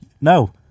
no